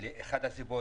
בין היתר,